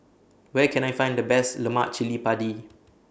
Where Can I Find The Best Lemak Cili Padi